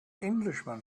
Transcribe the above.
englishman